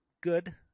good